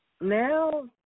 Now